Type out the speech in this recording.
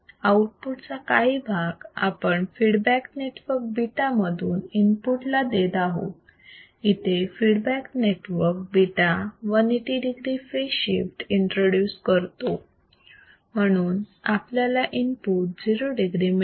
output चा काही भाग आपण फीडबॅक नेटवर्क β मधून इनपुट ला देत आहोत इथे feedback network β 180 degree phase shift introduce करतो म्हणून आपल्याला इनपुट 0 degree मिळते